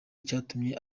icyatumye